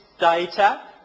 data